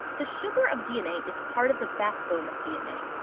the sugar of dna is part of the backbone of dna.